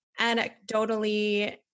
anecdotally